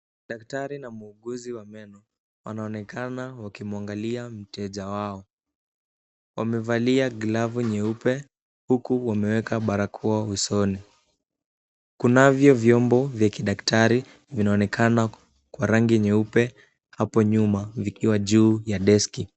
Daktari na muuguzi wa meno wanaonekana wakimwangalia mteja wao. Wamevalia glavu nyeupe huku wameweka barakoa usoni. Kunavyo vyombo vya kidaktari vinaonekana kwa rangi nyeupe hapo nyuma vikiwa juu ya deski .